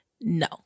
No